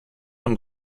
und